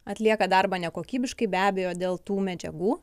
atlieka darbą nekokybiškai be abejo dėl tų medžiagų